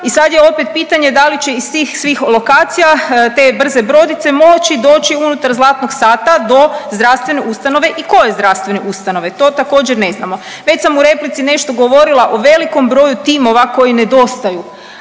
i sad je opet pitanje i da li će iz tih svih lokacija te brze brodice moći doći unutar zlatnog sata do zdravstvene ustanove i koje zdravstvene ustanova. To također ne znamo. Već sam u replici nešto govorila o velikom broju timova koji nedostaju,